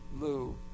Lou